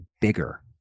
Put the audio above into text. bigger